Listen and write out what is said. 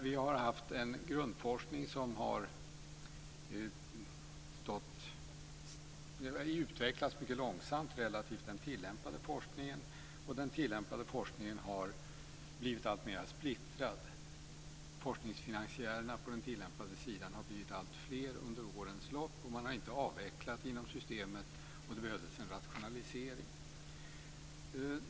Vi har haft en grundforskning som har utvecklats mycket långsamt relativt den tillämpade forskningen, och den tillämpade forskningen har blivit alltmer splittrad. Forskningsfinansiärerna på den tillämpade sidan har blivit alltfler under årens lopp, man har inte avvecklat inom systemet och det behövdes en rationalisering.